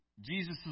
Jesus